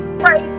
pray